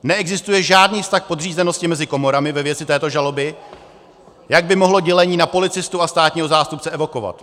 Neexistuje žádný vztah podřízenosti mezi komorami ve věci této žaloby, jak by mohlo dělení na policistu a státního zástupce evokovat.